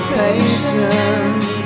patience